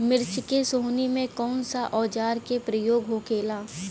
मिर्च के सोहनी में कौन सा औजार के प्रयोग होखेला?